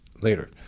later